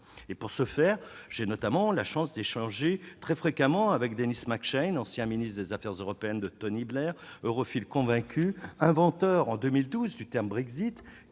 Pour ce faire, j'ai la chance d'échanger fréquemment avec Denis MacShane, ancien ministre des affaires européennes de Tony Blair, europhile convaincu et « inventeur » du terme « Brexit